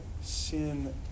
sin